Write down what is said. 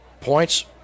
points